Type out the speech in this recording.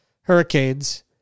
Hurricanes